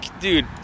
Dude